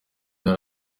yari